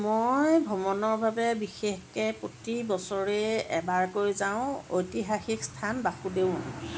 মই ভ্ৰমণৰ বাবে বিশেষকৈ প্ৰতিবছৰে এবাৰকৈ যাওঁ ঐতিহাসিক স্থান বাসুদেও